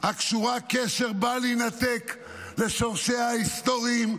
הקשורה קשר בל יינתק לשורשיה ההיסטוריים,